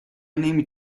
نمی